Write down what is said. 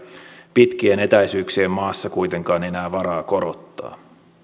pitkien etäisyyksien maassa kuitenkaan enää varaa korottaa